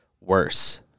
worse